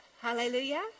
Hallelujah